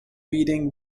reading